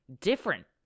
different